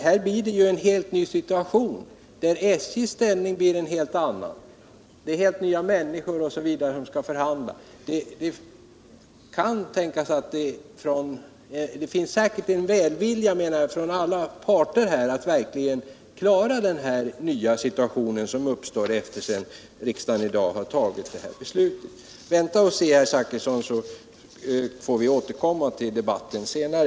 Här blir det ju en helt ny situation där SJ:s ställning blir en helt annan, andra människor skall förhandla osv. Det finns säkert en välvilja från alla parter att verkligen klara den nya situation som uppstår sedan riksdagen i dag har tagit detta beslut. Vänta och se, Bertil Zachrisson, så får vi återkomma till debatten senare!